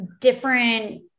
different